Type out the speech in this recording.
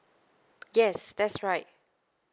yes that's right